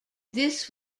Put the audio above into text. this